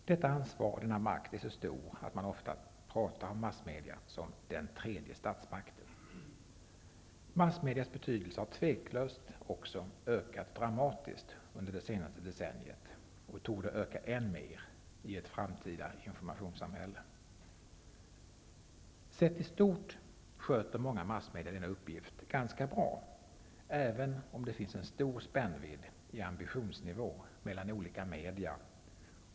Detta ansvar och denna makt är så stor att man ofta pratar om massmedia som den tredje statsmakten. Massmedias betydelse har utan tvivel också ökat dramatiskt under det senaste decenniet och torde öka än mer i ett framtida informationssamhälle. I stort sett sköter många massmedia denna uppgift ganska bra, även om det finns en stor spännvidd i ambitionsnivå mellan olika media.